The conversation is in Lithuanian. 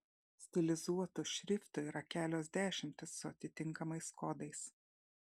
stilizuotų šriftų yra kelios dešimtys su atitinkamais kodais